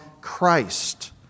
Christ